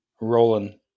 Roland